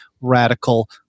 radical